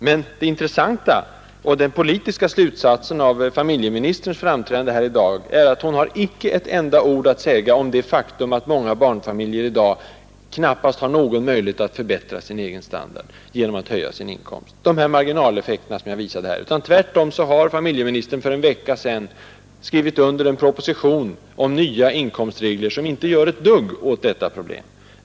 Men det intressanta och den politiska slutsatsen av familjeministerns framträdande här i dag är att hon icke har ett enda ord att säga om det faktum att många barnfamiljer nu knappast har någon möjlighet att förbättra sin egen standard genom att höja sin inkomst. Det är de här marginaleffekterna som jag visade. Tvärtom har familjeministern för en vecka sedan skrivit under en proposition om nya inkomstregler som inte gör ett dugg åt detta problem.